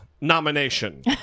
nomination